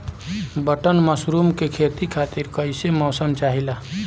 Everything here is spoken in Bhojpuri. बटन मशरूम के खेती खातिर कईसे मौसम चाहिला?